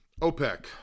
OPEC